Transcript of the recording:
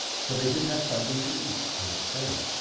for they did have something to eat in the cellar,